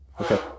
Okay